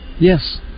Yes